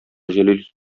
җәлил